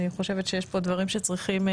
אני חושבת שיש פה דברים שצריכים,